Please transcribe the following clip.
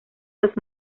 los